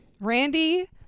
randy